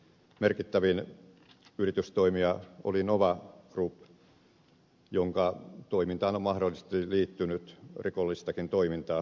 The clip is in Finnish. merkittävin yritystoimija oli nova group jonka toimintaan on mahdollisesti liittynyt rikollistakin toimintaa